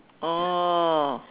oh